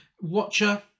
Watcher